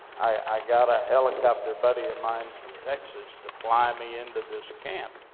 i got a helicopter buddy of mine, from texas, to fly me into this camp,